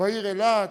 בעיר אילת,